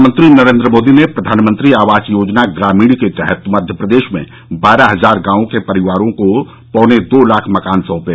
प्रधानमंत्री नरेन्द्र मोदी ने प्रधानमंत्री आवास योजना ग्रामीण के तहत मध्यप्रदेश में बारह हजार गांवों के परिवारों को पौने दो लाख मकान सौंपे